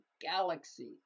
galaxy